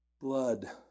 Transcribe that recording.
blood